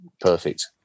perfect